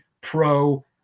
pro